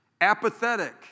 apathetic